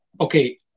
Okay